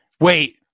Wait